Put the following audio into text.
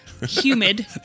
humid